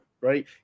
right